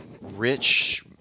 rich